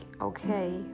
okay